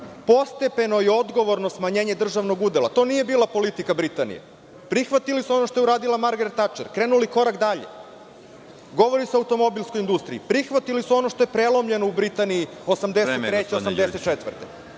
postepeno i odgovorno smanjenje državnog udela. To nije bila politika Britanije. Prihvatili su ono što je uradila Margaret Tačer, krenuli korak dalje. Govori se o automobilskoj industriji. Prihvatili su ono što je prelomljeno u Britaniji 1983-1984.